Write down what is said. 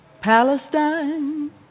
Palestine